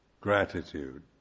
gratitude